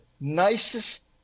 nicest